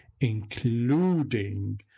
including